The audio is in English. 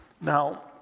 Now